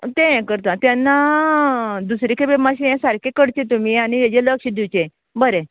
तें हें करता तेन्ना दुसरे खेपे मात्शें यें सारकें करचें तुमी आनी हेजेर लक्ष दिवचें बरें